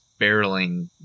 barreling